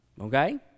okay